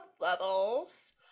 levels